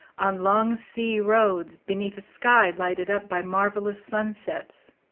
on long sea roads, beneath a sky lighted up by marvelous sunsets